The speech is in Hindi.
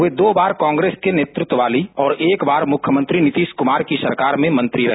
वे दो बार कांग्रेस के नेतृत्व वाली और एक बार मुख्यमंत्री नीतीश कुमार की सरकार में मंत्री रहे